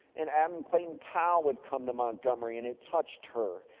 and, adam clayton powell would come to montgomery and it touched her.